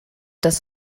das